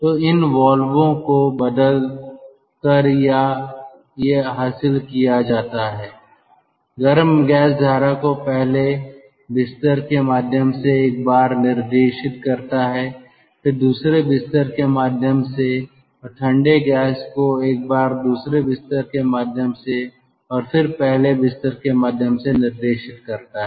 तो इन वाल्वों को बदल कर या हासिल किया जाता है गर्म गैस धारा को पहले बिस्तर के माध्यम से एक बार निर्देशित करता है फिर दूसरे बिस्तर के माध्यम से और ठंडे गैस को एक बार दूसरे बिस्तर के माध्यम से और फिर पहले बिस्तर के माध्यम से निर्देशित करता है